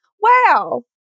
wow